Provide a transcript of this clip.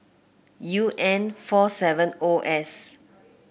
U N four seven O S